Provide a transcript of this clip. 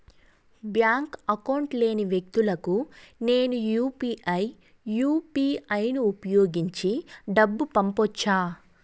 Bank account లేని వ్యక్తులకు నేను యు పి ఐ యు.పి.ఐ ను ఉపయోగించి డబ్బు పంపొచ్చా?